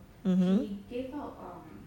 mmhmm